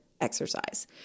exercise